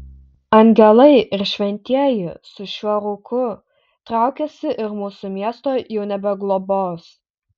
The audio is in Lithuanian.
angelai ir šventieji su šiuo rūku traukiasi ir mūsų miesto jau nebeglobos